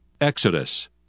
Exodus